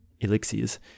elixirs